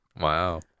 Wow